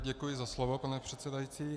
Děkuji za slovo, pane předsedající.